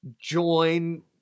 join